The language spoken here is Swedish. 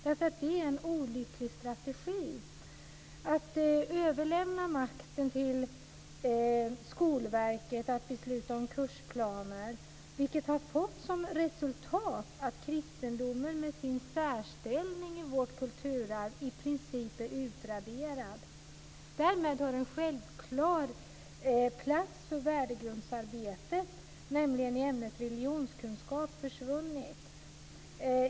Det är en olycklig strategi att överlämna makten till Skolverket att besluta om kursplaner, och det har fått som resultat att kristendomen med sin särställning i vårt kulturarv i princip är utraderad. Därmed har en självklar plats för värdegrundsarbetet, nämligen ämnet religionskunskap, försvunnit.